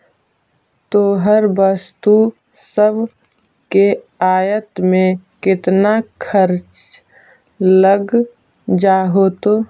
तोहर वस्तु सब के आयात में केतना खर्चा लग जा होतो?